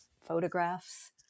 photographs